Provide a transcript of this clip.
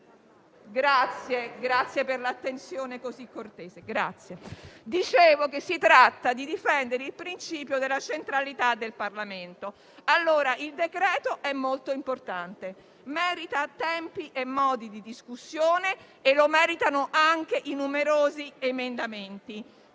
Grazie per l'attenzione così cortese. Dicevo che si tratta di difendere il principio della centralità del Parlamento. Il decreto-legge è molto importante, merita tempi e modi di discussione e lo meritano anche i numerosi emendamenti,